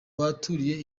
baturiye